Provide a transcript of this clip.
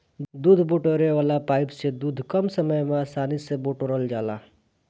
दूध बटोरे वाला पाइप से दूध कम समय में आसानी से बटोरा जाला